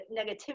negativity